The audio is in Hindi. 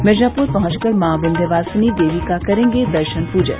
मिर्जापुर पहुंचकर मां विंध्यवासिनी देवी का करेंगे दर्शन पूजन